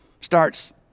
starts